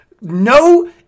No